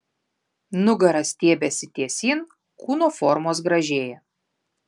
nugara stiebiasi tiesyn kūno formos gražėja